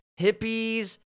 hippies